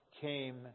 came